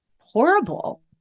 horrible